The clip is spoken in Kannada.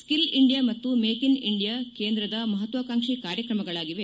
ಸಿಲ್ ಇಂಡಿಯಾ ಮತ್ತು ಮೇಕ್ ಇನ್ ಇಂಡಿಯಾ ಕೇಂದ್ರದ ಮಹತ್ವಾಕಾಂಕ್ಷಿ ಕಾರ್ಯಕ್ರಮಗಳಾಗಿವೆ